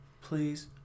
Please